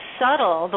subtle